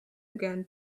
again